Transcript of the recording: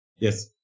yes